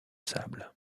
sable